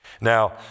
Now